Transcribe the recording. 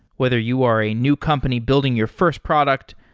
whether you are a new company building your first product,